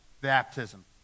baptism